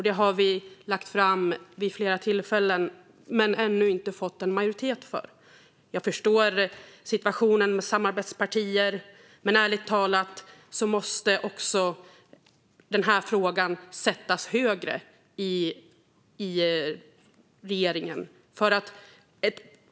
Detta har vi lagt fram vid flera tillfällen men ännu inte fått majoritet för. Jag förstår situationen med samarbetspartier, men ärligt talat måste den här frågan sättas högre i regeringen.